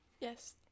Yes